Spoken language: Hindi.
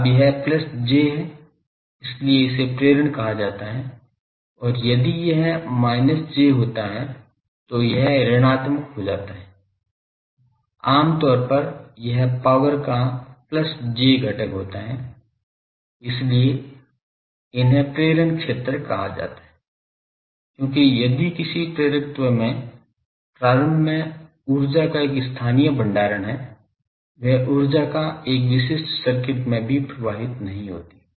अब यह प्लस j है इसीलिए इसे प्रेरण कहा जाता है और यदि यह minus j होता है तो यह ऋणात्मक हो जाता है आमतौर पर यह power का plus j घटक होता है इसीलिए इन्हें प्रेरण क्षेत्र कहा जाता है क्योंकि यदि किसी प्रेरकत्व में प्रारंभ में ऊर्जा का एक स्थानीय भंडारण है वह ऊर्जा एक विशिष्ट सर्किट में भी प्रवाहित नहीं होती है